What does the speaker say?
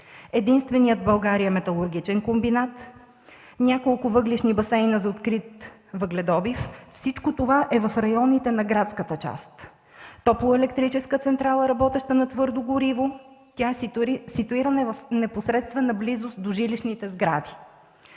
единственият в България металургичен комбинат; няколко въглищни басейна за открит въгледобив – всичко това е в района на градската част; топлоелектрическа централа, работеща на твърдо гориво – тя е ситуирана в непосредствена близост до жилищните сгради;